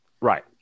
right